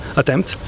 attempt